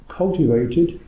cultivated